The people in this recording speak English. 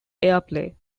airplay